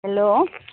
hello